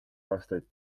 aastaid